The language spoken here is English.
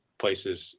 places